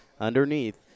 underneath